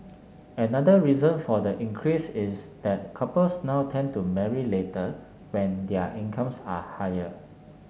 another reason for the increase is that couples now tend to marry later when their incomes are higher